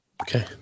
Okay